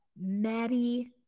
Maddie